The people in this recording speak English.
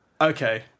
Okay